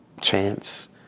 chance